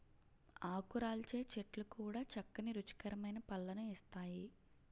ఆకురాల్చే చెట్లు కూడా చక్కని రుచికరమైన పళ్ళను ఇస్తాయి